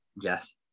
Yes